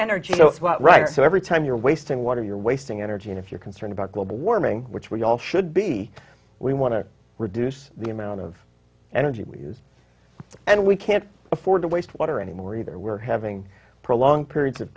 goes right so every time you're wasting water you're wasting energy and if you're concerned about global warming which we all should be we want to reduce the amount of energy we use and we can't afford to waste water anymore either we're having prolonged periods of